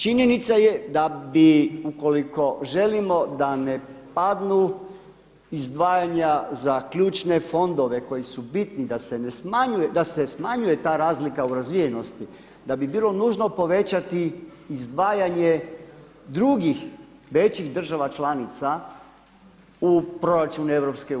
Činjenica je da bi ukoliko želimo da ne padnu izdvajanja za ključne fondove koji su bitni da se smanjuje ta razlika u razvijenosti, da bi bilo nužno povećati izdvajanje drugih većih država članica u proračun EU.